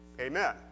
Amen